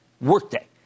Workday